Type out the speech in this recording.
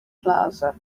plaza